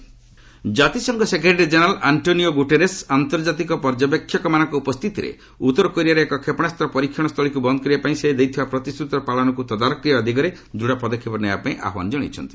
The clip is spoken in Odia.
ୟୁଏନ୍ ନର୍ଥ କୋରିଆ ଜାତିସଂଘ ସେକ୍ରେଟାରୀ କେନେରାଲ ଆକ୍ଷୋନି ଓ ଗୁଟେରସ ଆନ୍ତର୍ଜତିକ ପର୍ଯ୍ୟବେକ୍ଷକ ମାନଙ୍କ ଉପସ୍ଥିତିରେ ଉତ୍ତରକୋରିଆର ଏକ କ୍ଷେପଣାସ୍ତ ପରୀକ୍ଷଣସ୍ଥଳୀକୁ ବନ୍ଦ କରିବା ପାଇଁ ସେ ଦେଇଥିବା ପ୍ରତିଶ୍ରତିର ପାଳନକୁ ତଦାରଖ କରିବା ଦିଗରେ ଦୃଢ଼ ପଦକ୍ଷେପ ନେବାପାଇଁ ଆହ୍ୱାନ ଦେଇଛନ୍ତି